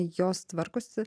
jos tvarkosi